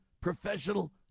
professional